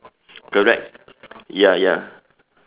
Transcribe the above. correct ya ya